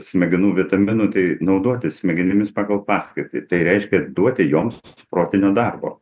smegenų vitaminų tai naudotis smegenimis pagal paskirtį tai reiškia duoti joms protinio darbo